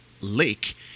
lake